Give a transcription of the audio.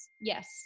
Yes